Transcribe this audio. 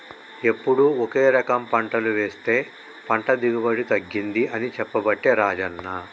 ఎప్పుడు ఒకే రకం పంటలు వేస్తె పంట దిగుబడి తగ్గింది అని చెప్పబట్టే రాజన్న